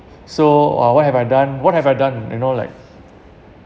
so uh what have I done what have I done you know like